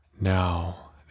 now